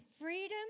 freedom